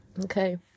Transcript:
Okay